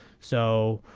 so